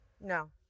no